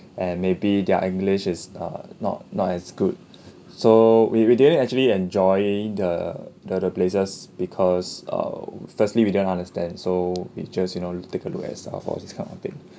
and maybe their english is uh not not as good so we we didn't actually enjoy the the the places because err firstly we didn't understand so it just you know take a look as this kind of thing